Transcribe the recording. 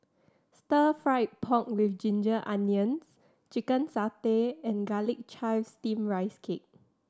Stir Fried Pork With Ginger Onions Chicken satay and Garlic Chives Steamed Rice Cake